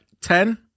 Ten